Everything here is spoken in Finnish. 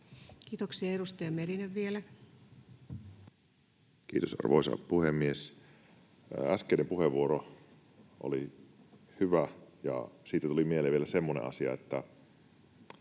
Kiitoksia. — Edustaja Merinen vielä. Kiitos, arvoisa puhemies! Äskeinen puheenvuoro oli hyvä, ja siitä tuli mieleen vielä semmoinen asia, että